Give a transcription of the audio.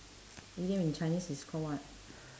idiom in chinese is call what